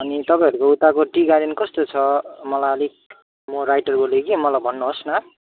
अनि तपाईँहरूको उताको टी गार्डन कस्तो छ मलाई अलिक म राइटर बोलेको कि मलाई भन्नुहोस् न